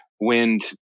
Wind